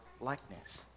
likeness